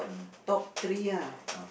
top three lah